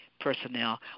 personnel